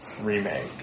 remake